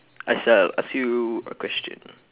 I shall ask you a question